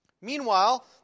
Meanwhile